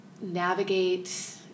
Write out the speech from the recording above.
navigate